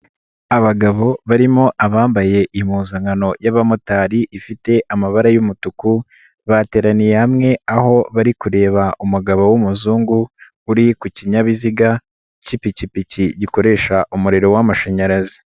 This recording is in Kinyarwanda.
Abagabo barimo abambaye impuzankano y'abamotari ifite amabara y'umutuku bateraniye hamwe aho bari kureba umugabo w'umuzungu uri ku kinyabiziga k'ipikipiki gikoresha umuriro w'amashanyarazi.